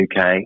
UK